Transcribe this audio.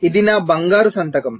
ఇది నా బంగారు సంతకం